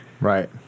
right